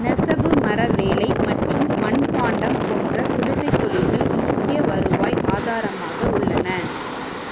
நெசவு மரவேலை மற்றும் மண்பாண்டம் போன்ற குடிசைத் தொழில்கள் முக்கிய வருவாய் ஆதாரமாக உள்ளன